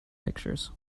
pictures